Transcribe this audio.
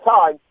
time